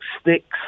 sticks